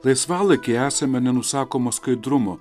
laisvalaikyje esame nenusakomo skaidrumo